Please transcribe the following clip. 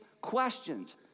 questions